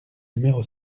numéro